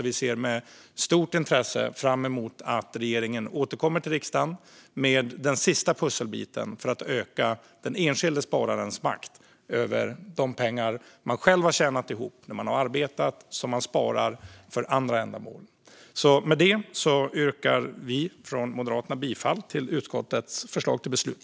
Vi ser med stort intresse fram emot att regeringen återkommer till riksdagen med den sista pusselbiten för att öka den enskilda spararens makt över de pengar som man själv har tjänat ihop när man har arbetat och som man sparar för andra ändamål. Med detta yrkar vi i Moderaterna bifall till utskottets förslag till beslut.